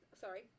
sorry